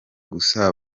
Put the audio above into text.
gusa